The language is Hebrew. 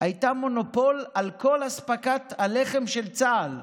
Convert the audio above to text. היא הייתה מונופול על כל אספקת הלחם של צה"ל.